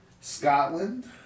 Scotland